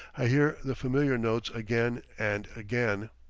i hear the familiar notes again and again.